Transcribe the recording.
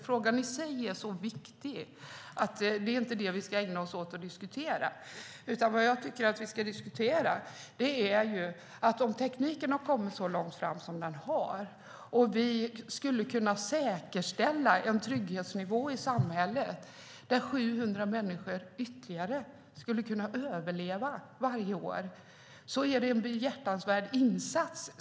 Frågan i sig är så viktig att det inte är det vi ska ägna oss åt att diskutera. Vad jag tycker att vi ska diskutera är att om tekniken har kommit så långt fram som den har och vi skulle kunna säkerställa en trygghetsnivå i samhället där 700 människor ytterligare skulle kunna överleva varje år så är det en behjärtansvärd insats.